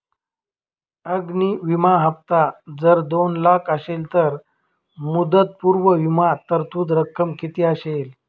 अग्नि विमा हफ्ता जर दोन लाख असेल तर मुदतपूर्व विमा तरतूद रक्कम किती असेल?